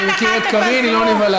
אני מכיר את קארין, היא לא נבהלה.